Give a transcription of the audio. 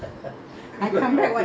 I'm going office okay